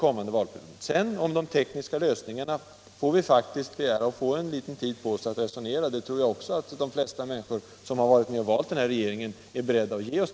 Om de tekniska lösningarna får vi faktiskt begära en liten tid att resonera. Det tror jag också att de flesta människor som har valt denna regering är beredda att ge oss.